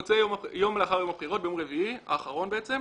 יום לאחר יום הבחירות, ביום רביעי האחרון בעצם,